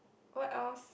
what else